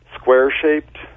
square-shaped